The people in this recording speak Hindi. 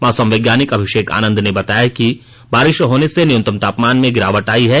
मौसम वैज्ञानिक अभिषेक आनंद ने बताया कि बारिश होने से न्यूनतम तापमान में गिरावट आई है